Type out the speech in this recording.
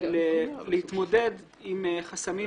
להתמודד עם חסמים